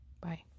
Bye